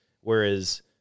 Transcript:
Whereas